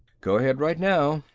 go ahead right now,